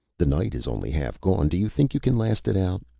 the night is only half gone. do you think you can last it out?